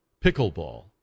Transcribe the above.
Pickleball